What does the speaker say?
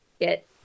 get